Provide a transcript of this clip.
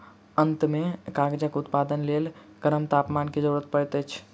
अंत में कागजक उत्पादनक लेल गरम तापमान के जरूरत पड़ैत अछि